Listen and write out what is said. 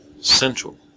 central